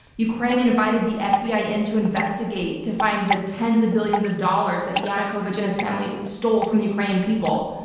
ukraine invited the fbi in to investigate to find the ten s of billions of dollars that yanukovych and his family stole from the ukrainian people.